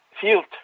field